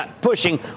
pushing